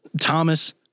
Thomas